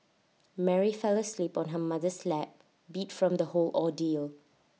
Mary fell asleep on her mother's lap beat from the whole ordeal